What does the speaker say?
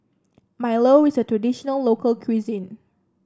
milo is a traditional local cuisine